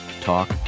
Talk